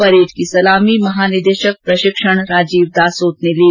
parade की सलामी महानिदेशक प्रशिक्षण राजीव दासोत ने ली